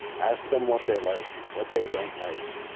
ask them what they like, what they don't like.